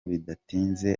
bidatinze